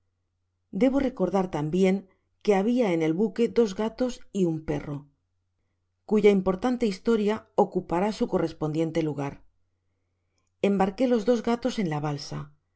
debo recordar tambien que habia en el buque des gatos y un perro cuya importante historia ocupará su correspondiente lugar embarqué los dos gatos en la balsa